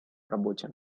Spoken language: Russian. работе